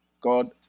God